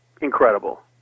incredible